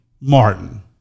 Martin